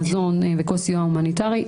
מזון וכל סיוע הומניטרי.